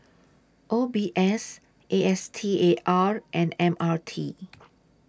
O B S A S T A R and M R T